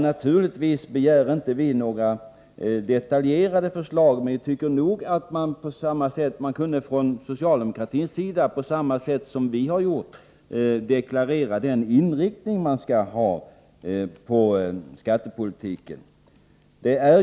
Naturligtvis begär vi inte några detaljerade förslag, men vi tycker att man från socialdemokratins sida på samma sätt som vi har gjort kunde deklarera den inriktning man skall ha på skattepolitiken.